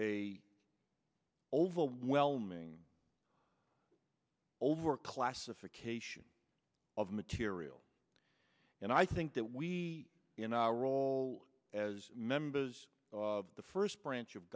a overwhelming overclassification of material and i think that we in our role as members of the first branch of